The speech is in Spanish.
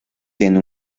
tiene